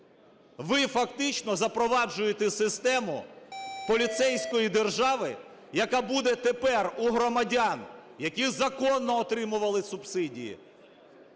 ви фактично запроваджуєте систему поліцейської держави, яка буде тепер у громадян, які законно отримували субсидії,